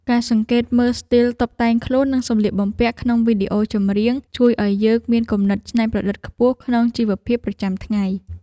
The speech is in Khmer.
ការសង្កេតមើលស្ទីលតុបតែងខ្លួននិងសម្លៀកបំពាក់ក្នុងវីដេអូចម្រៀងជួយឱ្យយើងមានគំនិតច្នៃប្រឌិតខ្ពស់ក្នុងជីវភាពប្រចាំថ្ងៃ។